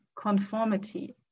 conformity